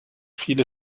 viele